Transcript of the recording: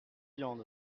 viande